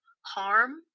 harm